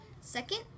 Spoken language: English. second